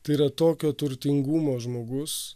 tai yra tokio turtingumo žmogus